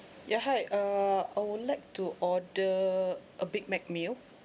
yeah hi err I would like to order a big mac meal